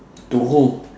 to who